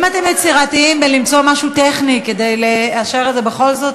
אם אתם יצירתיים בלמצוא משהו טכני כדי לאשר את זה בכל זאת,